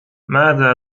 ماذا